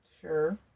sure